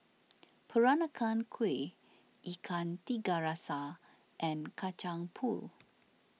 Peranakan Kueh Ikan Tiga Rasa and Kacang Pool